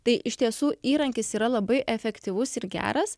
tai iš tiesų įrankis yra labai efektyvus ir geras